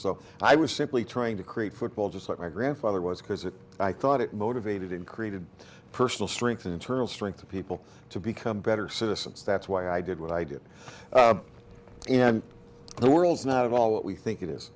so i was simply trying to create football just like my grandfather was because it i thought it motivated and created personal strength and internal strength people to become better citizens that's why i did what i did and the world's not at all what we think it is